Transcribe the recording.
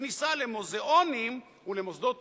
כניסה למוזיאונים ולמוסדות תרבות,